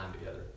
together